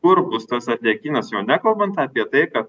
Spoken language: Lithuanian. kur bus tas atliekynas jau nekalbant apie tai kad